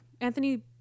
Anthony